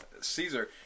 Caesar